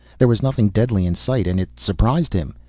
there was nothing deadly in sight and it surprised him.